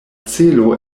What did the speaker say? celo